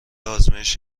آزمایش